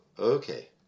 Okay